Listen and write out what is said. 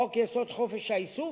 חוק-יסוד: חופש העיסוק,